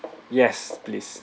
yes please